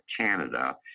Canada